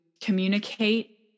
communicate